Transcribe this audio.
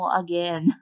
again